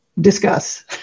discuss